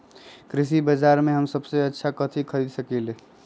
कृषि बाजर में हम सबसे अच्छा कथि खरीद सकींले?